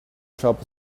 shop